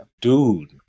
dude